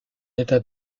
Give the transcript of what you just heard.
état